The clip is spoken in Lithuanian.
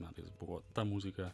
metais buvo ta muzika